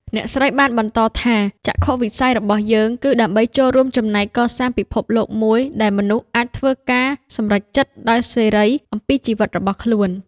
អ្នកស្រីបានបន្តថា “ចក្ខុវិស័យរបស់យើងគឺដើម្បីចូលរួមចំណែកកសាងពិភពលោកមួយដែលមនុស្សអាចធ្វើការសម្រេចចិត្តដោយសេរីអំពីជីវិតរបស់ខ្លួន។